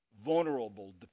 Vulnerable